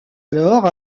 alors